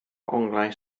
onglau